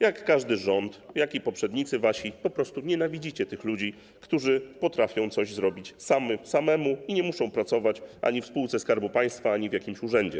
Jak każdy rząd, jak wasi poprzednicy po prostu nienawidzicie ludzi, którzy potrafią coś zrobić samemu i nie muszą pracować ani w spółce Skarbu Państwa, ani w jakimś urzędzie.